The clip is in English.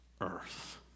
earth